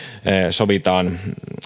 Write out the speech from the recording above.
sovitaan